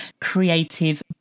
creative